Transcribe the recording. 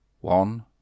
one